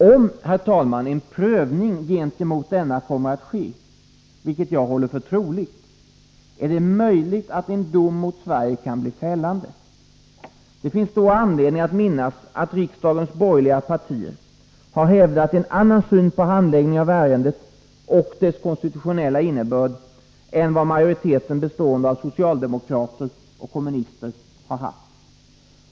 Om, herr talman, en prövning gentemot denna kommer att ske, vilket jag håller för troligt, är det möjligt att en dom mot Sverige kan bli fällande. Det finns då anledning att minnas att riksdagens borgerliga partier har hävdat en annan syn på handläggningen av ärendet och dess konstitutionella innebörd än vad majoriteten, bestående av socialdemokrater och kommunister, har haft.